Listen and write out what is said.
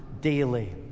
daily